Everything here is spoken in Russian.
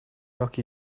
как